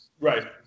Right